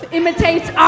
imitates